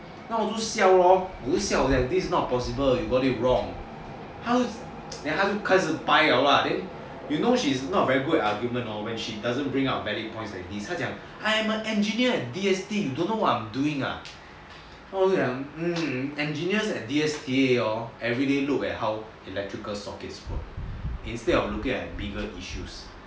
那我就笑 lor 我就笑我讲 this is not possible you got it wrong 她就开始 bye liao lah you know she is not very good at argument when she doesn't bring up valid points eh 她讲 I'm an engineer D_S_T you think I don't know what I'm doing ah then 我就讲 mm engineers at D_S_T hor everyday look at how electrical sockets work instead of looking at bigger issues